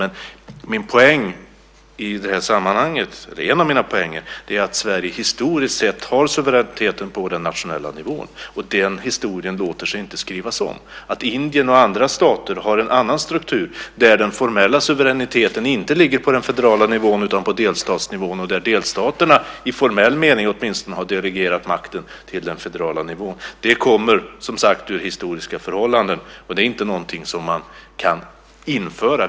Men en av mina poänger i det här sammanhanget är att Sverige historiskt sett har suveränitet på den nationella nivån, och den historien låter sig inte skrivas om. Att Indien och andra stater har en annan struktur, där den formella suveräniteten inte ligger på den federala nivån utan på delstatsnivå och där delstaterna åtminstone i formell mening har delegerat makten till den federala nivån, kommer som sagt ur historiska förhållanden och är inte något som man kan införa.